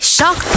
Shock